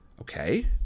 Okay